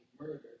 murder